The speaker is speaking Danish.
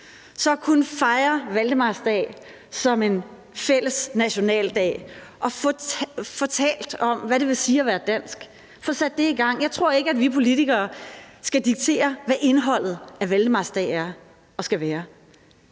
at vi kunne fejre valdemarsdag som en fælles nationaldag og få talt om, hvad det vil sige at være dansk. At få sat det i gang. Jeg tror ikke, at vi politikere skal diktere, hvad indholdet af valdemarsdag er og skal være,